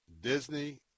Disney